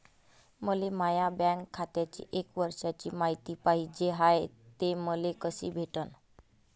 मले माया बँक खात्याची एक वर्षाची मायती पाहिजे हाय, ते मले कसी भेटनं?